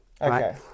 Okay